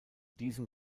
diesem